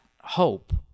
hope